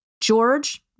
George